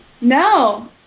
No